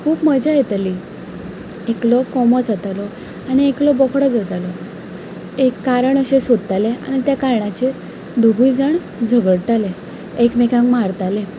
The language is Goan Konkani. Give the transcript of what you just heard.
खूब मजा येतली एकलो कोंबो जातालो आनी एकलो बोकडो जातालो एक कारण अशे सोदताले आनी ते कारणाचेर दोगूय जाण झगडटाले एकमेकांक मारताले